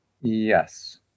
Yes